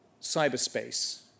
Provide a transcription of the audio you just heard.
cyberspace